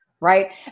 right